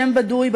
שם בדוי,